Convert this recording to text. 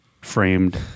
framed